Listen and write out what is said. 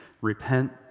Repent